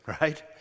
right